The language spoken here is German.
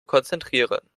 konzentrieren